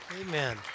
Amen